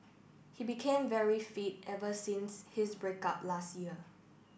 he became very fit ever since his break up last year